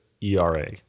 ERA